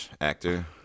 actor